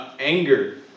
anger